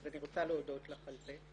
אז אני רוצה להודות לך על זה.